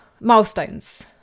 milestones